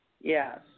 Yes